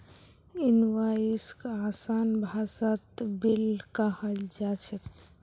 इनवॉइसक आसान भाषात बिल कहाल जा छेक